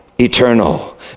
eternal